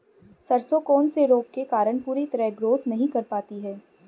सरसों कौन से रोग के कारण पूरी तरह ग्रोथ नहीं कर पाती है?